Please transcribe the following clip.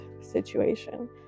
situation